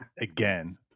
again